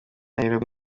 nairobi